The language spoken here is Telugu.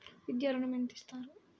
విద్యా ఋణం ఎంత ఇస్తారు?